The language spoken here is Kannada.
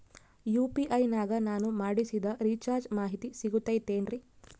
ಯು.ಪಿ.ಐ ನಾಗ ನಾನು ಮಾಡಿಸಿದ ರಿಚಾರ್ಜ್ ಮಾಹಿತಿ ಸಿಗುತೈತೇನ್ರಿ?